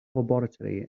laboratory